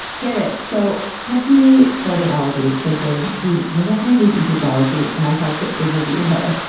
get it! so, cut to me starting ologies thinking, dude, what if i did egyptology and i got to interview her?